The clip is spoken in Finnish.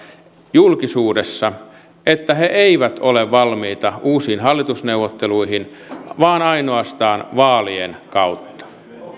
julkisuudessa että he eivät ole valmiita uusiin hallitusneuvotteluihin vaan ainoastaan vaalien kautta